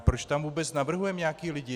Proč tam vůbec navrhujeme nějaké lidi?